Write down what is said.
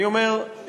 אני אומר,